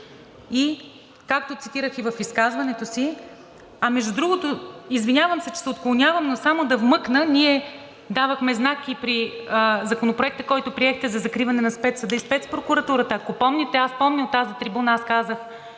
както цитирах и в изказването си. А, между другото, извинявам се, че се отклонявам, но само да вмъкна: ние давахме знак и при Законопроекта, който приехте за закриване на Спецсъда и Спецпрокуратурата, ако помните. Аз помня, от тази трибуна казах: